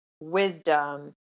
wisdom